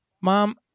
Mom